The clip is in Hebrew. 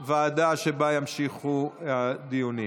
הוועדה שבה ימשיכו הדיונים.